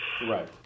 right